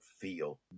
feel